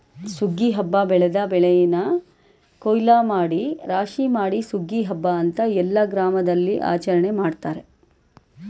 ಸುಗ್ಗಿ ಹಬ್ಬ ಬೆಳೆದ ಬೆಳೆನ ಕುಯ್ಲೂಮಾಡಿ ರಾಶಿಮಾಡಿ ಸುಗ್ಗಿ ಹಬ್ಬ ಅಂತ ಎಲ್ಲ ಗ್ರಾಮದಲ್ಲಿಆಚರಣೆ ಮಾಡ್ತಾರೆ